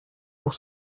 pour